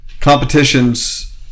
competitions